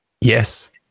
Yes